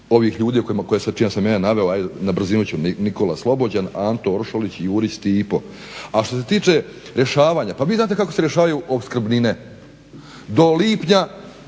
ovih ljudi čija sam ja naveo, ajd na brzinu ću Nikola Slobođen, Anto Oršolić, Jurić Stipo. A što se tiče rješavanja, pa vi znate kako se rješavaju opskrbnine? Do lipnja